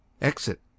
Exit